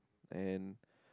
and